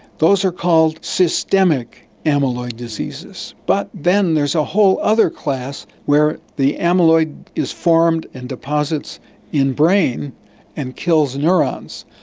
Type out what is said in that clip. those are called systemic amyloid diseases. but then there's a whole other class where the amyloid is formed in deposits in brain and kills neurons.